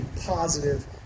positive